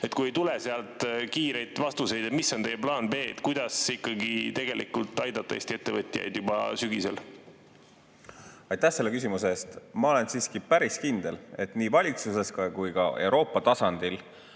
ei tule kiireid vastuseid. Mis on teie plaan B, kuidas ikkagi aidata Eesti ettevõtjaid juba sügisel? Aitäh selle küsimuse eest! Ma olen siiski päris kindel, et nii valitsuses kui ka Euroopa tasandil